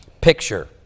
picture